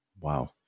Wow